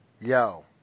Yo